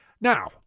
Now